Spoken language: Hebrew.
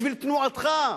בשביל תנועתך,